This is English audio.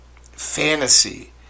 fantasy